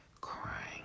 Crying